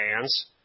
fans